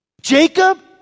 Jacob